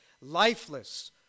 lifeless